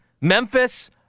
Memphis